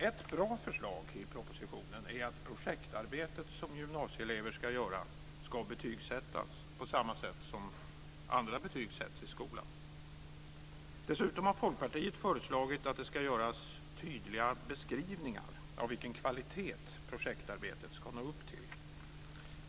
Ett bra förslag i propositionen är att det ska sättas betyg på det projektarbete som gymnasieelever ska göra, på samma sätt som andra betyg sätts i skolan. Dessutom har Folkpartiet föreslagit att det ska göras tydliga beskrivningar av vilken kvalitet projektarbetet ska nå upp till.